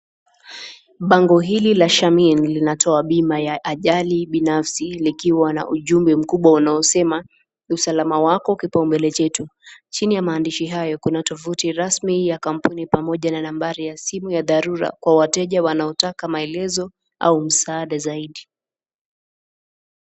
Bango hili la shamili linatoa bima ya ajali binafsi likiwa na ujumbe mkubwa unaosema , usalama wako kipao mbele chetu , chini ya maandishi hayo kuna tofauti rasmi ya kampuni pamoja na nambari ya simu ya dharula kwa wateja wanaotaka maelezo au msaada zaidi.